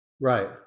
Right